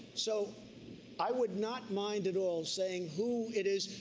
so i would not mind at all saying who it is.